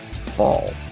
fall